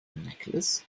necklace